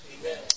Amen